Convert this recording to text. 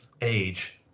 age